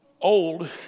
old